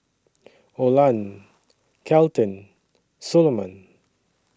Oland Kelton Soloman